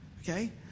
Okay